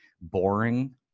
boring